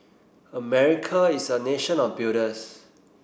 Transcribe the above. America is a nation of builders